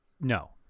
No